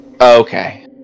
okay